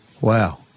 Wow